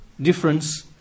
difference